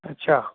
अच्छा